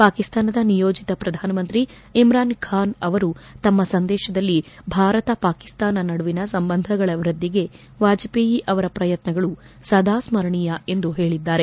ಪಾಕಿಸ್ತಾನದ ನಿಯೋಜಿತ ಪ್ರಧಾನಮಂತ್ರಿ ಇಮ್ರಾನ್ ಖಾನ್ ಅವರು ತಮ್ನ ಸಂದೇಶದಲ್ಲಿ ಭಾರತ ಪಾಕಿಸ್ತಾನ ನಡುವಿನ ಸಂಬಂಧಗಳ ವೃದ್ದಿಗೆ ವಾಜಪೇಯಿ ಅವರ ಪ್ರಯತ್ನಗಳು ಸದಾ ಸ್ಕರಣೀಯ ಎಂದು ಹೇಳದ್ದಾರೆ